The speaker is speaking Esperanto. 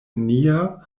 nia